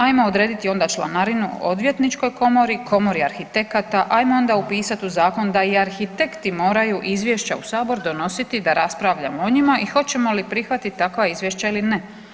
Ajmo odrediti onda članarinu Odvjetničkoj komori, Komori arhitekata, ajmo onda upisati u zakon da i arhitekti moraju izvješća u Sabor donositi da raspravljamo o njima i hoćemo li prihvatiti takva izvješća ili ne.